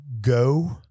go